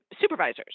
supervisors